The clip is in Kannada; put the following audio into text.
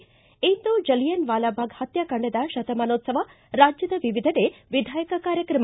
ಿ ಇಂದು ಜಲಿಯನ್ ವಾಲಾಬಾಗ್ ಪತ್ಕಾಕಾಂಡದ ಶತಮಾನೋತ್ಸವ ರಾಜ್ಯದ ವಿವಿಧೆಡೆ ವಿಧಾಯಕ ಕಾರ್ಯಕ್ರಮ